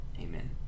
Amen